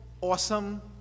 awesome